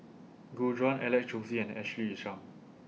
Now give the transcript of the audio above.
Gu Juan Alex Josey and Ashley Isham